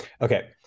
Okay